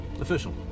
Official